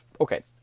Okay